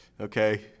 Okay